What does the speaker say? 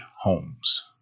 homes